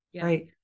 Right